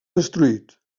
destruït